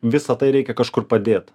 visa tai reikia kažkur padėt